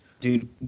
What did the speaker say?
dude